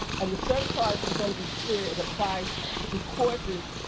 and the surcharge to sort of be clear it applies to courses,